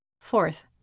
Fourth